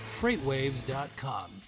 freightwaves.com